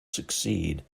succeed